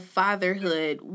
fatherhood